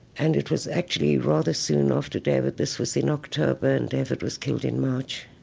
and it was actually rather soon after david this was in october and david was killed in march,